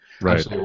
Right